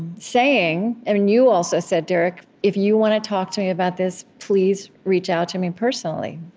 saying and you also said, derek, if you want to talk to me about this, please reach out to me personally.